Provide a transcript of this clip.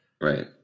right